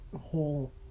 whole